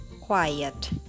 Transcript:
quiet